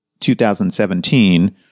2017